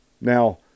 Now